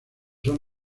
son